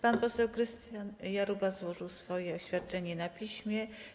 Pan poseł Krystian Jarubas złożył swoje oświadczenie na piśmie.